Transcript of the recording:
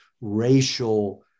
racial